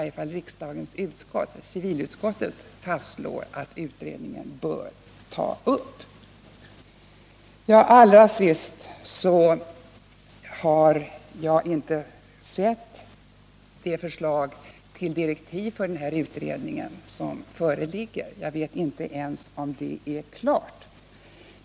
Jag har inte sett det förslag till direktiv för den här utredningen som föreligger —-jag vet inte ens om det är färdigt.